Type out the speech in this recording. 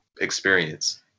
experience